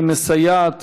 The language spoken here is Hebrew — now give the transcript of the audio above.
שמסייעת